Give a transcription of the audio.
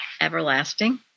everlasting